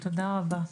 תודה רבה.